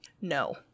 No